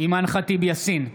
אימאן ח'טיב יאסין,